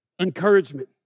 encouragement